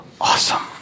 Awesome